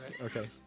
Okay